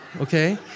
Okay